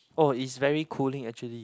oh it's very cooling actually